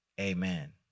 Amen